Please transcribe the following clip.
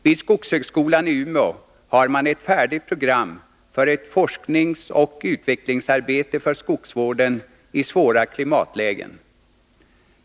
Vid skogshögskolan i Umeå har man ett färdigt program för ett forskningsoch utvecklingsarbete för skogsvården i svåra klimatlägen.